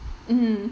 mm